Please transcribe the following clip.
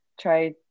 try